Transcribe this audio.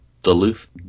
Duluth